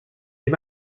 est